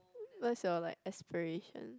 what's your like aspiration